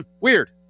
weird